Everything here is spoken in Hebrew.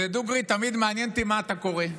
דוגרי, תמיד מעניין אותי מה אתה קורא.